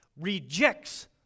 rejects